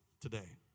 today